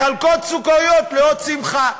מחלקות סוכריות לאות שמחה.